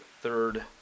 third